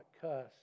cuss